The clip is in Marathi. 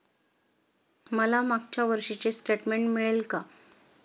मला मागच्या वर्षीचे स्टेटमेंट मिळेल का?